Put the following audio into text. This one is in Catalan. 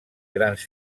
grans